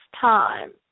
time